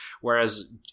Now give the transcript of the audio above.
whereas